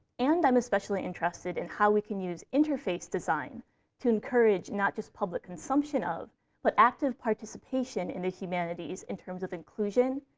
and i'm especially interested in how we can use interface design to encourage not just public consumption of but active participation in the humanities, in terms of inclusion,